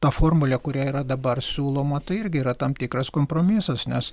ta formulė kuri yra dabar siūloma tai irgi yra tam tikras kompromisas nes